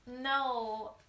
no